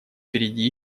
впереди